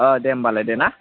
अ दे होनबालाय दे ना